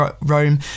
Rome